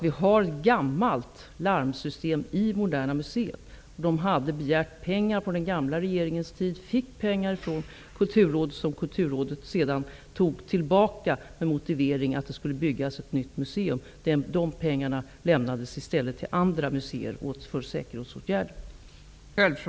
Vi har ett gammalt larmsystem i Moderna museet. Man hade begärt pengar på den gamla regeringens tid. Man fick pengar från Kulturrådet som Kulturrådet sedan tog tillbaka med motiveringen att det skulle byggas ett nytt museum. De pengarna lämnades i stället till andra museer för säkerhetsåtgärder.